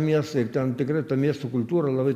miestai ir ten tikra to miesto kultūra labai